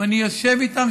אני יושב איתם,